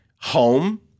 home